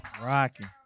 rocking